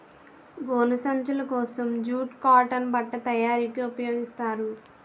గోను సంచులు కోసం జూటు కాటన్ బట్ట తయారీకి ఉపయోగిస్తారు